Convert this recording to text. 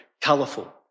colourful